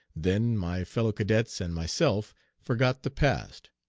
then my fellow-cadets and myself forgot the past.